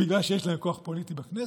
בגלל שיש להם כוח פוליטי בכנסת?